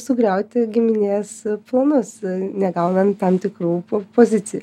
sugriauti giminės planus negaunant tam tikrų pozicijų